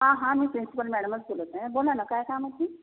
हां हां मी प्रिन्सिपॉल मॅडमच बोलत आहे बोला ना काय काम होतं